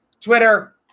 Twitter